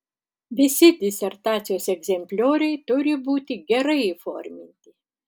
visi disertacijos egzemplioriai turi būti gerai įforminti